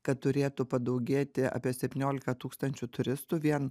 kad turėtų padaugėti apie septyniolika tūkstančių turistų vien